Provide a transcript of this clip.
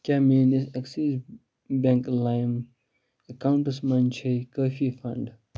کیٛاہ میٛٲنِس Axis bank لایِم ایٚکاونٹَس منٛز چھیٚے کٲفی فنٛڈ